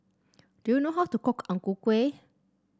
do you know how to cook Ang Ku Kueh